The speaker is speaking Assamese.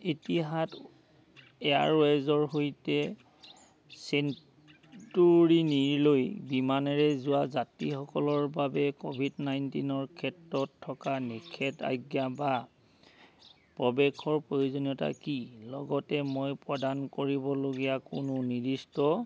এটিহাদ এয়াৰৱেজৰ সৈতে ছেণ্ট'ৰিনিলৈ বিমানেৰে যোৱা যাত্ৰীসকলৰ বাবে ক'ভিড নাইনটিনৰ ক্ষেত্ৰত থকা নিষেধাজ্ঞা বা প্ৰৱেশৰ প্ৰয়োজনীয়তা কি লগতে মই প্ৰদান কৰিবলগীয়া কোনো নিৰ্দিষ্ট